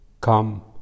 come